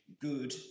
good